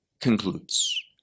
concludes